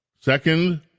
Second